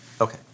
Okay